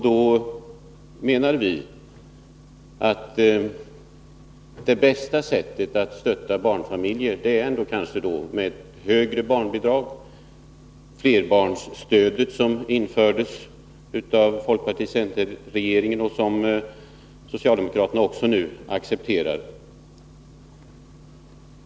Då menar vi att det bästa sättet att stötta barnfamiljer kanske ändå är med högre barnbidrag, t.ex. flerbarnsstödet, som infördes av folkparticenterregeringen och som nu även socialdemokraterna accepterar.